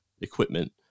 equipment